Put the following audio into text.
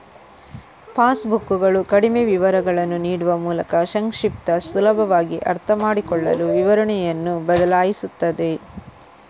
pass ಬುಕ್ಕುಗಳು ಕಡಿಮೆ ವಿವರಗಳನ್ನು ನೀಡುವ ಮೂಲಕ ಸಂಕ್ಷಿಪ್ತ, ಸುಲಭವಾಗಿ ಅರ್ಥಮಾಡಿಕೊಳ್ಳಲು ವಿವರಣೆಯನ್ನು ಬದಲಾಯಿಸುತ್ತವೆ